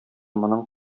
моның